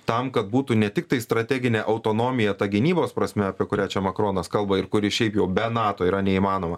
tam kad būtų ne tik tai strateginė autonomija ta gynybos prasme apie kurią čia makronas kalba ir kuri šiaip jau be nato yra neįmanoma